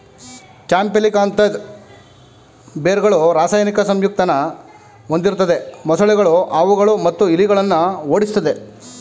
ಕ್ಯಾಂಪಿಲಿಕಾಂತದ್ ಬೇರ್ಗಳು ರಾಸಾಯನಿಕ ಸಂಯುಕ್ತನ ಹೊಂದಿರ್ತದೆ ಮೊಸಳೆಗಳು ಹಾವುಗಳು ಮತ್ತು ಇಲಿಗಳನ್ನ ಓಡಿಸ್ತದೆ